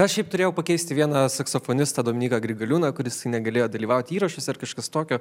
aš šiaip turėjau pakeisti vieną saksofonistą dominyką grigaliūną kuris negalėjo dalyvauti įrašuose ar kažkas tokio